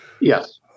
Yes